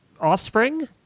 offspring